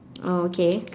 oh okay